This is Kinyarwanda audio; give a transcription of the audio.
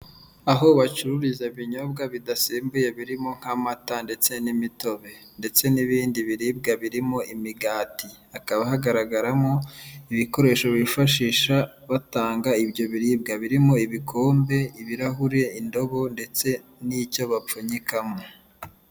Aho bacururiza ibinyobwa bidasembuye birimo nk'amata ndetse n'imitobe. Ndetse n'ibindi biribwa birimo imigati. Hakaba hagaragaramo ibikoresho bifashisha batanga ibyo biribwa. Birimo ibikombe, ibirahure, indobo, ndetse n'icyo bapfunyikamo.